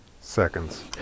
Seconds